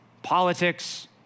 Politics